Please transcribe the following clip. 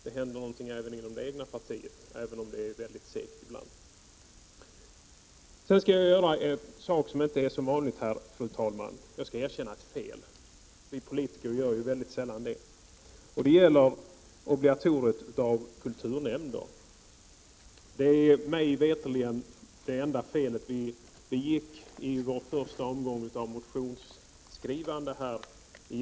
Det händer någonting även inom det partiet, även om det är väldigt segt ibland. Sedan skall jag göra någonting som inte är så vanligt, fru talman! Jag skall erkänna ett fel. Vi politiker gör ju sällan det. Det gäller kulturnämndsobligatoriet. Det är mig veterligt det enda fel som vi begick i den första omgången av vårt motionsskrivande, i januari.